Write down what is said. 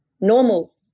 normal